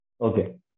Okay